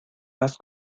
has